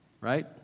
right